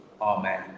Amen